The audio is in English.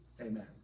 Amen